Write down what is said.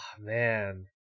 man